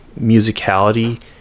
musicality